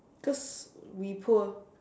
cause we poor